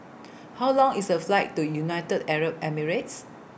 How Long IS A Flight to United Arab Emirates